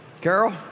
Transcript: Carol